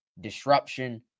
disruption